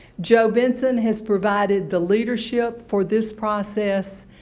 joe benson has provided the leadership for this process,